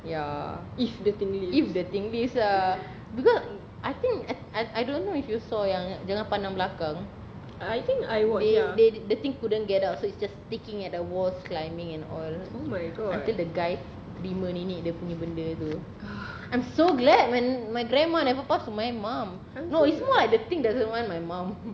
ya if the thing leaves ah because I think I I don't know if you saw yang jangan pandang belakang they they the thing couldn't get out so it's just sticking at the walls climbing and all until the guy terima nenek dia punya benda tu I'm so glad when my grandma never pass to my mum no it's more like the thing doesn't want my mum